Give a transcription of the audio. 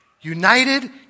United